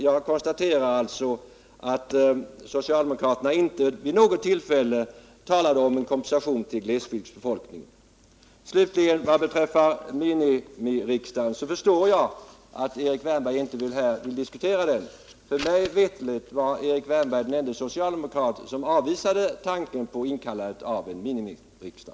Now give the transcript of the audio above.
Jag konstaterar alltså att socialdemokraterna inte vid något tillfälle då de höjde bensinskatten talade om en kompensation till glesbygdsbefolkningen. Vad slutligen beträffar miniriksdagen, så förstår jag att Erik Wärnberg inte här vill diskutera den. Mig veterligt var Erik Wärnberg den ende socialdemokrat som avvisade tanken på inkallandet av en urtima riksdag.